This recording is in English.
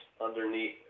underneath